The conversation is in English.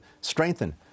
strengthen